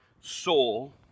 soul